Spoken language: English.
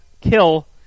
kill